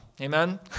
Amen